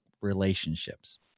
relationships